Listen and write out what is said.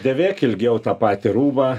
dėvėk ilgiau tą patį rūbą